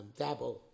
dabble